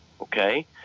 Okay